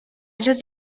адьас